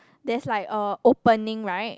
there's like a opening right